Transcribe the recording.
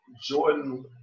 Jordan